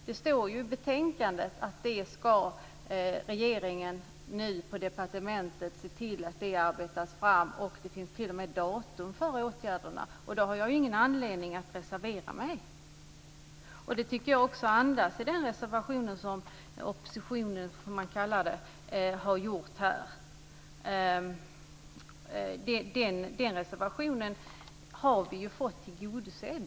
Det står ju i betänkandet att regeringen nu ska se till att detta arbetas fram på departementet. Det finns t.o.m. datum för åtgärderna. Då har jag ju ingen anledning att reservera mig. Det tycker jag också gäller den reservation som oppositionen, får man väl kalla det, har lämnat. Den reservationen har vi ju fått tillgodosedd.